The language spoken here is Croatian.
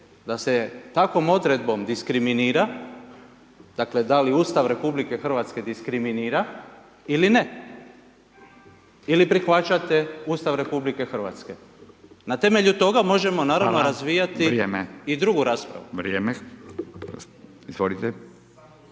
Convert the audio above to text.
da se takvom odredbom diskriminira, dakle da li Ustav RH diskriminira ili ne, ili prihvaćate Ustav RH. Na temelju toga možemo naravno razvijati i drugu raspravu.